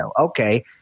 Okay